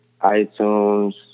iTunes